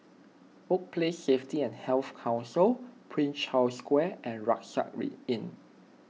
Workplace Safety and Health Council Prince Charles Square and Rucksack Inn